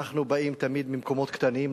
אנחנו תמיד באים ממקומות קטנים,